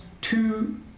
two